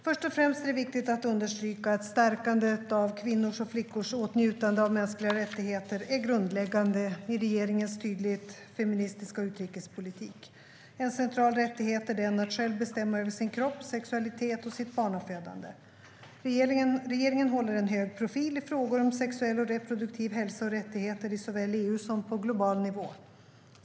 Först och främst är det viktigt att understryka att stärkandet av kvinnors och flickors åtnjutande av mänskliga rättigheter är grundläggande i regeringens tydligt feministiska utrikespolitik. En central rättighet är den att själv bestämma över sin kropp, sin sexualitet och sitt barnafödande. Regeringen håller en hög profil i frågor om sexuell och reproduktiv hälsa och rättigheter, såväl i EU som på global nivå.